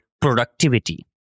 productivity